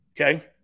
okay